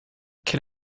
can